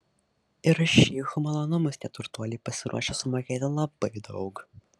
ir už šeichų malonumus tie turtuoliai pasiruošę sumokėti labai daug